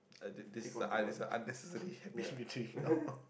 uh this this is a it's a unnecessary